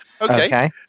Okay